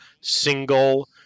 single